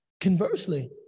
conversely